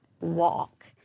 walk